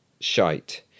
shite